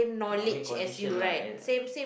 I mean condition lah